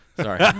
Sorry